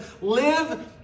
live